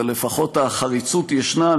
אבל לפחות החריצות ישנה,